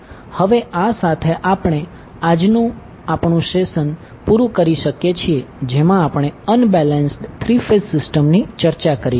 હવે આ સાથે આપણે આપણું આજનું સેશન પુરુ કરી શકીએ છીએ જેમાં આપણે અનબેલેન્સ્ડ થ્રી ફેઝ સિસ્ટમની ચર્ચા કરી છે